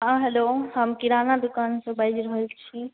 हँ हैलो हम किराना दुकानसॅं बाजि रहल छी